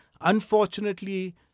Unfortunately